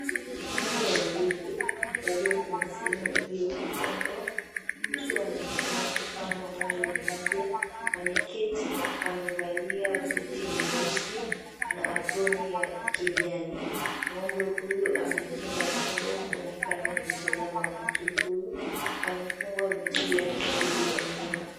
Ng'ombe wawili walio kwenye sehemu iliyofungwa, mtu anaonekana ku kama ng'ombe mmoja, ameketi amevalia buti nyeusi na aproni ya kijani ng'ombe huyu amepinda shingo kuonekana kumtazama mtu huyu, amefungwa miguu yake mbili ya nyuma.